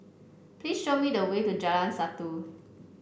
please show me the way to Jalan Satu